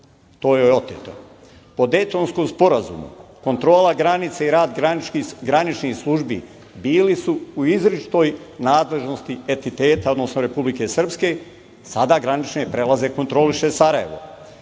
to je oteto. Po Dejtonskom sporazumu, kontrola granica i rad graničnih službi bili su u izričitoj nadležnosti entiteta, odnosno Republike Srpske, sada granične prelaze kontroliše Sarajevo.